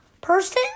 person